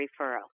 referral